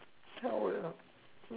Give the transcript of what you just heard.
!huh! wait ah